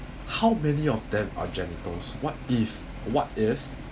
how many of them are janitors what if what if